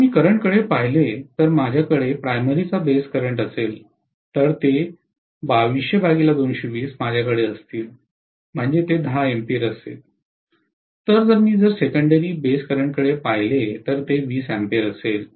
जर मी करंटकडे पाहिले तर माझ्याकडे प्राइमरीचा बेस करंट असेल तर ते माझ्याकडे असतील म्हणजे ते 10 A असेल तर जर मी जर सेकंडेरी बेस करंटकडे पाहिले तर ते 20 A असेल